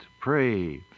Pray